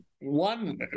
one